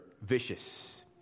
vicious